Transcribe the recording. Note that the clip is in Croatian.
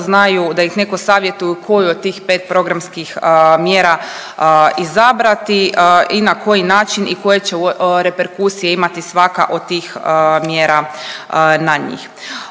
da ih neko savjetuje koju od tih 5 programskih mjera izabrati i na koji način i koje će reperkusije imati svaka od tih mjera na njih.